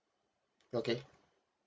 okay